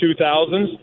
2000s